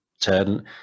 turn